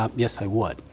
um yes, i would.